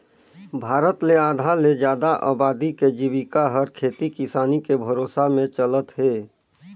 भारत ले आधा ले जादा अबादी के जिविका हर खेती किसानी के भरोसा में चलत हे